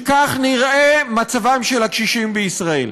שכך נראה מצבם של הקשישים בישראל.